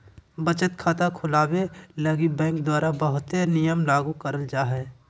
बचत खाता खुलवावे लगी बैंक द्वारा बहुते नियम लागू करल जा हय